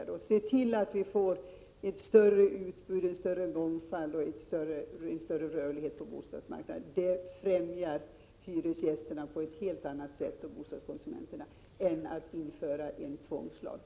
Vi bör se till att få ett större utbud, en större mångfald och en större rörlighet på bostadsmarknaden. Det skulle främja hyresgästerna och bostadkonsumenterna på ett helt annat sätt än ytterligare — Prot. 1987/88:46 en tvångslag.